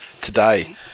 today